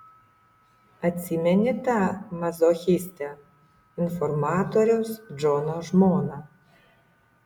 atsimeni tą mazochistę informatoriaus džono žmoną